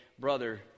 Brother